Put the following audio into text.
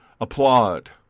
applaud